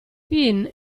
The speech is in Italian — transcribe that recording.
pin